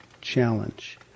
challenge